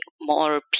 more